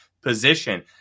position